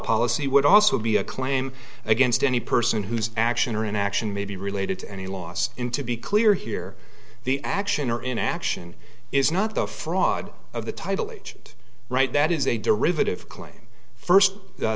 policy would also be a claim against any person whose action or inaction may be related to any loss in to be clear here the action or inaction is not the fraud of the title agent right that is a derivative claim first